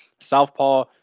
southpaw